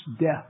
death